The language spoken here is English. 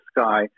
sky